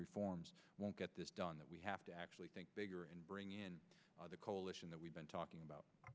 reforms won't get this done that we have to actually think bigger and bring in the coalition that we've been talking about